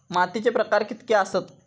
मातीचे प्रकार कितके आसत?